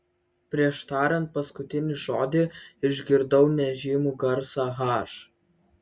prieš tariant paskutinį žodį išgirdau nežymų garsą h